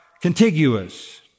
contiguous